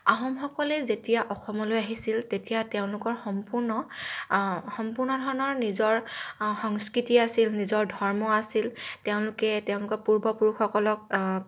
আহোমসকলে যেতিয়া অসমলৈ আহিছিল তেতিয়া তেওঁলোকৰ সম্পূৰ্ণ সম্পূৰ্ণ ধৰণৰ নিজৰ সংস্কৃতি আছিল নিজৰ ধৰ্ম আছিল তেওঁলোকে তেওঁলোকৰ পূৰ্বপুৰুষসকলক